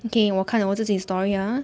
okay 我看我自己 story ah